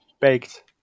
Baked